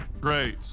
great